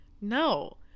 no